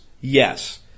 Yes